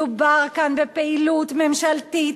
מדובר כאן בפעילות ממשלתית,